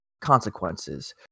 consequences